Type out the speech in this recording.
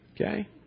Okay